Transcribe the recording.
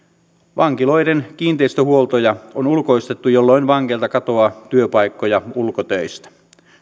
vankiloiden kiinteistöhuoltoja on ulkoistettu jolloin vangeilta katoaa työpaikkoja ulkotöistä